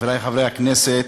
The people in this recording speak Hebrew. חברי חברי הכנסת,